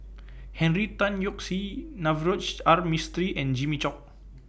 Henry Tan Yoke See Navroji R Mistri and Jimmy Chok